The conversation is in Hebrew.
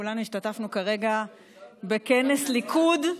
כולנו השתתפנו כרגע בכנס ליכוד.